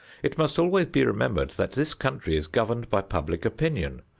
it must always be remembered that this country is governed by public opinion,